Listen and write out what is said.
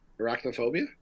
arachnophobia